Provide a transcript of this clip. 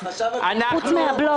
חוץ מהבלוק.